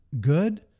good